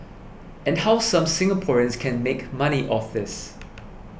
and how some Singaporeans can make money off this